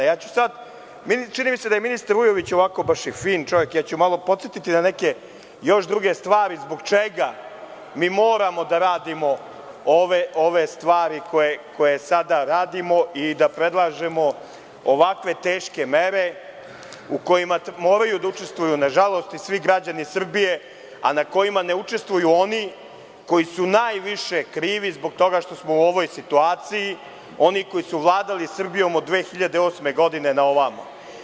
Čini mi se da je ministar Vujović ovako baš fin čovek, a ja ću malo podsetiti na neke još druge stvari zbog čega mi moramo da radimo ove stvari koje sada radimo i da predlažemo ovakve teške mere, u kojima moraju da učestvuju, nažalost, i svi građani Srbije, a u kojima ne učestvuju oni koji su najviše krivi zbog toga što smo u ovoj situaciji, oni koji su vladali Srbijom od 2008. godine na ovamo.